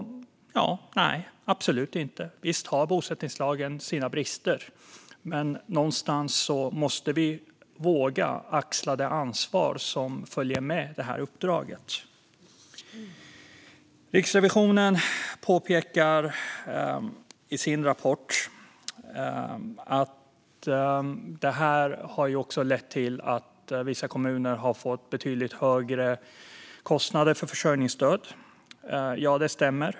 Visst har bosättningslagen sina brister, men någonstans måste vi våga axla det ansvar som följer med uppdraget. Riksrevisionen påpekar i sin rapport om reformen att vissa kommuner har fått betydligt högre kostnader för försörjningsstöd. Det stämmer.